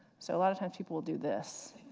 so a lot of times people will do this,